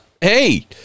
Hey